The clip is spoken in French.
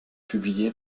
publié